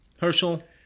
Herschel